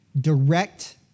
direct